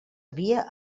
havia